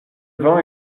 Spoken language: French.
vent